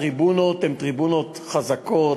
הטריבונות הן טריבונות חזקות,